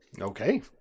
Okay